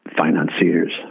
financiers